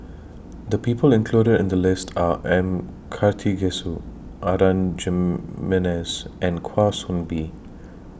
The People included in The list Are M Karthigesu Adan Jimenez and Kwa Soon Bee